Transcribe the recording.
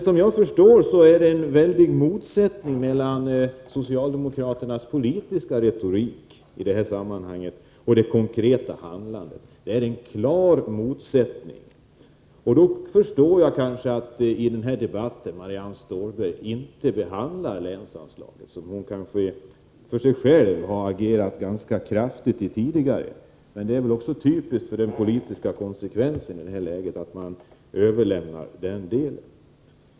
Som jag förstår är det en väldig motsättning mellan socialdemokraternas politiska retorik i det här sammanhanget och det konkreta handlandet. Då kan jag också förstå att Marianne Stålberg i den här debatten inte behandlar länsanslagen, något som hon kanske ändå agerat ganska kraftigt för tidigare. Det är typiskt för den politiska konsekvensen i detta läge att man överlämnar den delen.